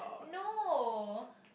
no